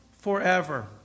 Forever